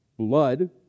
blood